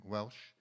Welsh